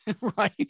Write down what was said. right